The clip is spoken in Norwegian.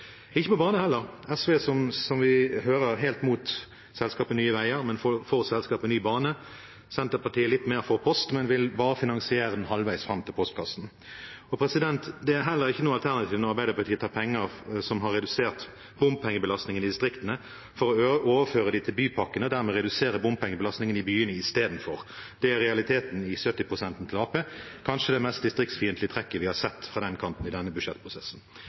Ikke når det gjelder bane heller: Som vi hører, er SV helt imot selskapet Nye Veier, men for et nytt selskap «Nye Baner». Senterpartiet er litt mer for post, men vil bare finansiere den halvveis fram til postkassen. Det er heller ikke noe alternativ når Arbeiderpartiet tar penger som har redusert bompengebelastningen i distriktene, for å overføre dem til bypakkene og dermed redusere bompengebelastningen i byene istedenfor. Det er realiteten i de 70 pst. til Arbeiderpartiet, kanskje det mest distriktsfiendtlige trekket vi har sett fra den kanten i denne budsjettprosessen.